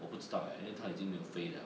我不知都 leh 因为他已经飞 liao